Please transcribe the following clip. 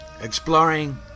Exploring